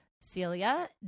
Celia